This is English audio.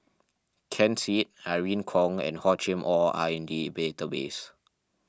Ken Seet Irene Khong and Hor Chim or are in the database